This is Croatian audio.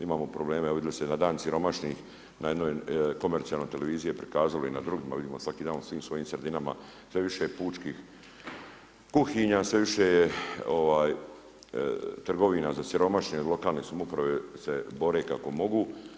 Imamo probleme vidjeli ste na Dan siromašnih na jednoj komercijalnoj televiziji je prikazano i na drugim, evo vidim svaki dan u svim svojim sredinama sve više pučkih kuhinja, sve više trgovina za siromašne, lokalne samouprave se bore kako mogu.